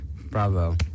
Bravo